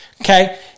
Okay